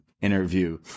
interview